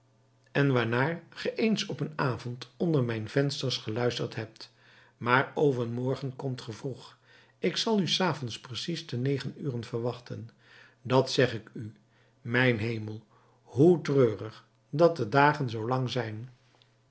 en waarnaar ge eens op een avond onder mijn vensters geluisterd hebt maar overmorgen komt ge vroeg ik zal u s avonds precies te negen uren wachten dat zeg ik u mijn hemel hoe treurig dat de dagen zoo lang zijn